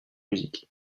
musique